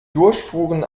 durchfuhren